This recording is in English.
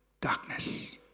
darkness